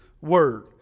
word